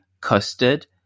custard